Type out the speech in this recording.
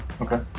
Okay